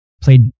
played